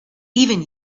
even